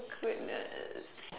goodness